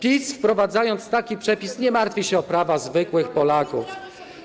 PiS, wprowadzając taki przepis, nie martwi się o prawa zwykłych Polaków.